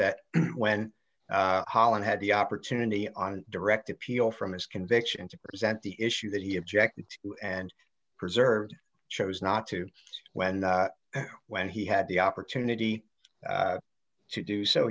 that when holland had the opportunity on direct appeal from his conviction to present the issue that he objected to and preserve chose not to when when he had the opportunity to do so